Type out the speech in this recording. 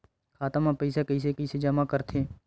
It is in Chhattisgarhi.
खाता म पईसा कइसे जमा करथे?